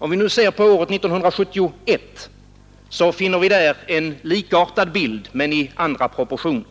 Om vi nu ser på året 1971, finner vi där en likartad bild men andra proportioner.